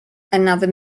another